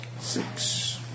Six